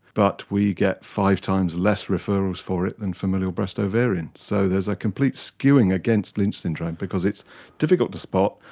but we get five times less referrals for it than familial breast ovarian. so there's a complete skewing against lynch syndrome because it's difficult to spot,